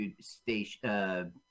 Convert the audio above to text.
station